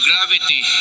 Gravity